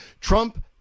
Trump